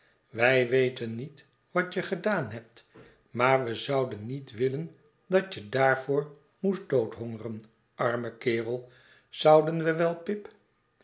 wij weten niet wat je gedaan hebt maar we zouden niet wiilen datjedaarvoor moest doodhongeren arrae kerel zouden we wel pip